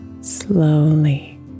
Slowly